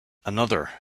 another